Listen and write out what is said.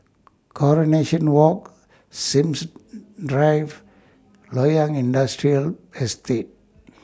Coronation Walk Sims Drive Loyang Industrial Estate